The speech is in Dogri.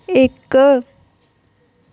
इक